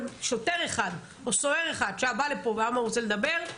שוטר אחד או סוהר אחד שהיה בא לפה והיה אומר שהוא רוצה לדבר,